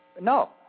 No